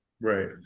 right